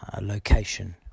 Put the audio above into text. location